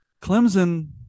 Clemson